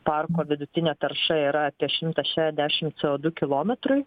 parko vidutinė tarša yra apie šimtas šešiasdešimt c o du kilometrui